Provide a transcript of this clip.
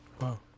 Wow